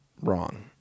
wrong